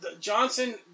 Johnson